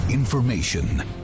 Information